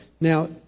Now